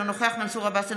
אינו נוכח מנסור עבאס,